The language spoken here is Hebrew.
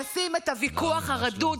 נשים את הוויכוח הרדוד,